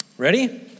Ready